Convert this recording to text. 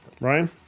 Ryan